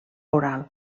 oral